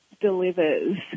delivers